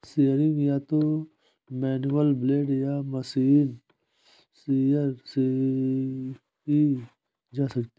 shearing या तो manual blade या मशीन शीयर से की जा सकती है